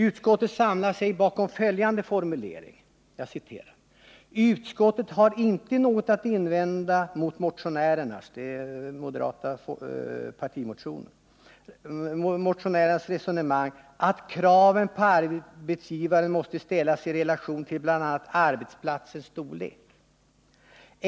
Utskottet samlar sig bakom följande formulering om den moderata partimotionen: ”Utskottet har inte något att invända mot motionärernas resonemang att kraven på arbetsgivaren måste ställas i relation till bl.a. arbetsplatsens storlek.